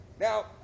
Now